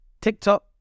TikTok